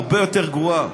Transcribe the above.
הרבה יותר גרועה,